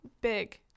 big